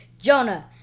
Jonah